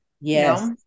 Yes